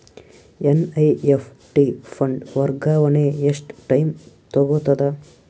NEFT fund ವರ್ಗಾವಣೆ ಎಷ್ಟ time ತೋಗೊತದ?